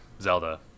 Zelda